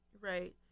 right